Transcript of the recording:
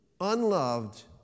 unloved